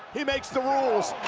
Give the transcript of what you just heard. he makes the rules.